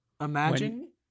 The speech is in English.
imagine